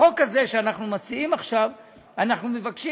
בחוק הזה שאנחנו מציעים עכשיו אנחנו מבקשים